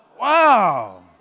Wow